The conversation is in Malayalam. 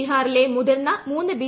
ബിഹാറിലെ മുതിർന്ന മൂന്ന് ബി